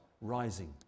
rising